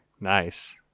Nice